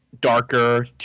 darker